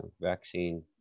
vaccine